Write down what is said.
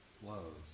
flows